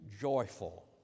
joyful